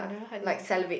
like salivate